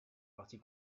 partie